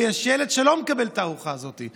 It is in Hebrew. ויש ילד שלא מקבל את הארוחה הזאת?